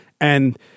And-